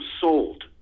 sold